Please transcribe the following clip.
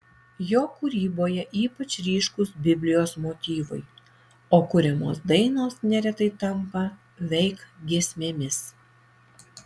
jo kūryboje ypač ryškūs biblijos motyvai o kuriamos dainos neretai tampa veik giesmėmis